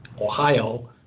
Ohio